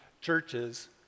churches